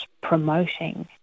promoting